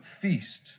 feast